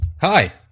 Hi